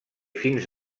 fins